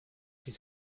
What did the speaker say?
his